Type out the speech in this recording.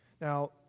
Now